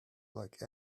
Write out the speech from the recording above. like